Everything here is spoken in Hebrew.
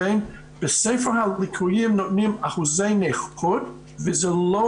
בספר הליקויים נותנים אחוזי נכות וזה לא